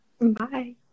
bye